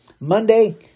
Monday